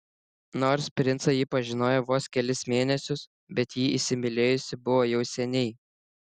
nors princą ji pažinojo vos kelis mėnesius bet jį įsimylėjusi buvo jau seniai